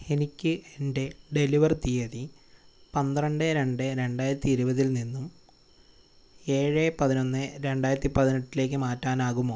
എനിക്ക് എന്റെ ഡെലിവർ തീയതി പന്ത്രണ്ട് രണ്ട് രണ്ടായിരത്തി ഇരുപതിൽ നിന്നും ഏഴ് പതിനൊന്ന് രണ്ടായിരത്തി പതിനെട്ടിലേക്ക് മാറ്റാനാകുമോ